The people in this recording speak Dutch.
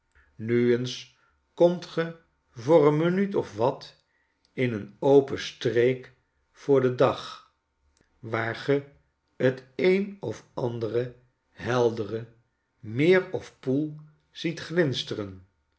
nu eens komt ge voor een minuut of wat in een open streek voor den dag waar ge t een of andere heldere meer of poel ziet